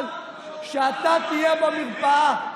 אבל כשאתה תהיה במרפאה,